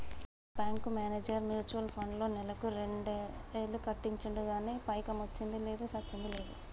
గా bank manager mutual ఫండ్లో నెలకు రెండేలు కట్టించిండు గానీ పైకమొచ్చ్చింది లేదు, సచ్చింది లేదు